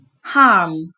Harm